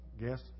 guess